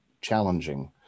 challenging